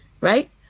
right